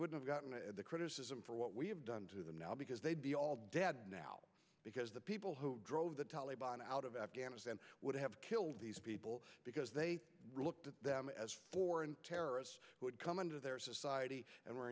would have gotten the criticism for what we have done to them now because they'd be all dead now because the people who drove the taliban out of afghanistan would have killed these people because they looked at them as for terrorists would come into their society and were